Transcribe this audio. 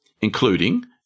including